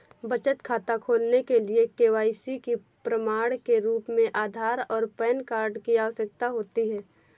बचत खाता खोलने के लिए के.वाई.सी के प्रमाण के रूप में आधार और पैन कार्ड की आवश्यकता होती है